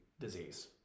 disease